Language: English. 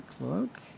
look